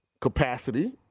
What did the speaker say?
capacity